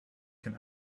can